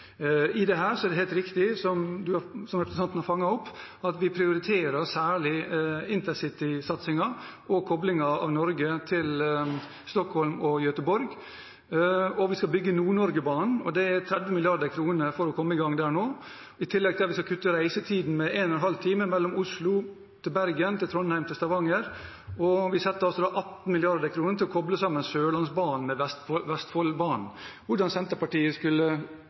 I dette er det helt riktig, som representanten har fanget opp, at vi særlig prioriterer intercitysatsingen og koblingen av Norge til Stockholm og Göteborg. Vi skal bygge Nord-Norgebanen, og det er 30 mrd. kr til å komme i gang der. I tillegg skal vi kutte reisetiden med 1,5 time fra Oslo til Bergen, Trondheim og Stavanger, og vi setter av 18 mrd. kr til å koble sammen Sørlandsbanen med Vestfoldbanen. Hvordan Senterpartiet